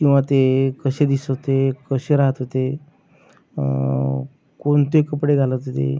किंवा ते कसे दिसत होते कसे राहत होते कोणते कपडे घालत होते